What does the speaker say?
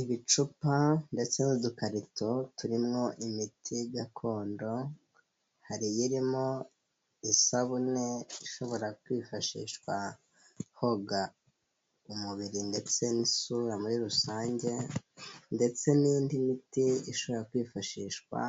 Ibicupa ndetse n'udukarito turimo imiti gakondo, hari irimo isabune ishobora kwifashishwa mu koga umubiri ndetse n'isura muri rusange ndetse n'indi miti ishobora kwifashishwa